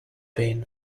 been